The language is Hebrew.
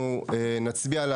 אנחנו נצביע,